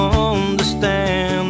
understand